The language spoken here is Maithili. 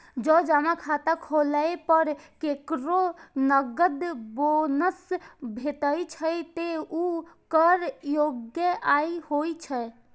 जौं जमा खाता खोलै पर केकरो नकद बोनस भेटै छै, ते ऊ कर योग्य आय होइ छै